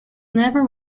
never